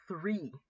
three